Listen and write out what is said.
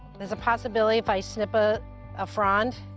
there's a possibility, if i snip ah a frond,